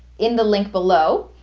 in the link below.